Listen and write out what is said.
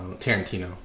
Tarantino